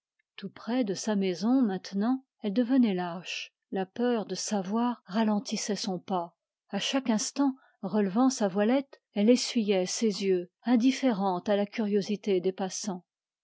tout près de sa maison maintenant elle devenait lâche la peur de savoir ralentissait son pas à chaque instant relevant sa voilette elle essuyait ses yeux indifférente à la curiosité des passants